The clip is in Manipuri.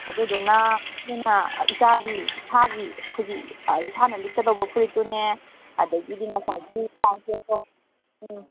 ꯑꯗꯨꯗꯨꯅ ꯏꯆꯦꯅ ꯏꯆꯥꯒꯤ ꯏꯁꯥꯒꯤ ꯑꯩꯈꯣꯏꯒꯤ ꯏꯁꯥꯅ ꯂꯤꯠꯀꯗꯧꯕ ꯐꯨꯔꯤꯠꯇꯨꯅꯦ ꯑꯗꯒꯤꯗꯤ ꯉꯁꯥꯏꯒꯤ ꯕ꯭ꯂꯥꯡꯀꯦꯠꯇꯣ ꯎꯝ